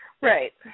Right